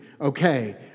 okay